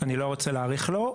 אני לא רוצה להאריך לו.